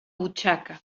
butxaca